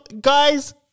guys